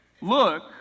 Look